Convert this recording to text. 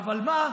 אבל מה?